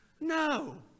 No